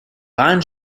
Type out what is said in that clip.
rahn